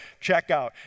checkout